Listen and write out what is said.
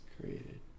Created